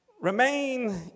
Remain